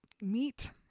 meet